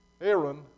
Aaron